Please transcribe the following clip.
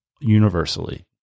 universally